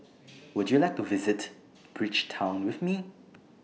Would YOU like to visit Bridgetown with Me